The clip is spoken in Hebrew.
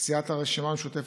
סיעת הרשימה המשותפת,